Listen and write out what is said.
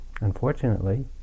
Unfortunately